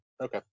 Okay